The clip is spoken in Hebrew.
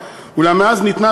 אולם מאז ניתנה,